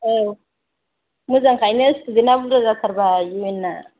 औ मोजांखायनो स्टुडेन्टआ बुरजा जाथारबाय इउ एन ना